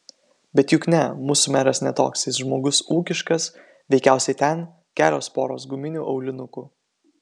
bet juk ne mūsų meras ne toks jis žmogus ūkiškas veikiausiai ten kelios poros guminių aulinukų